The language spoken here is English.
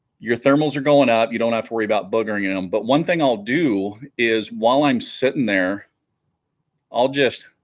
your thermals are going out you don't have to worry about buggering in them but one thing i'll do is while i'm sitting there i'll just